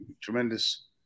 tremendous